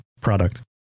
product